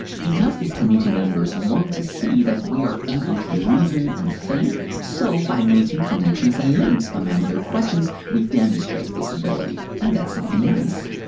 because these committee members want to see that we are able to reason and think, so by making connections and links among their questions, we demonstrate that ability. and that's something nice.